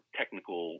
technical –